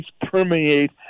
permeate